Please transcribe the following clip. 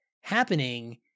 happening